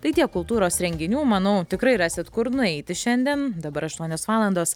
tai tiek kultūros renginių manau tikrai rasit kur nueiti šiandien dabar aštuonios valandos